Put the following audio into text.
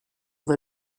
that